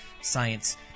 science